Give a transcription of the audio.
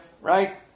right